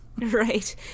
Right